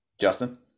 Justin